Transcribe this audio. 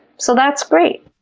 so that's great!